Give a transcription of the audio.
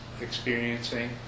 experiencing